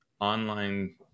online